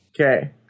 Okay